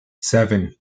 seven